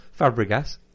Fabregas